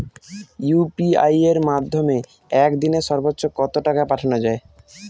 UPI এর মাধ্যমে এক দিনে সর্বচ্চ কত টাকা পাঠানো যায়?